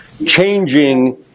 Changing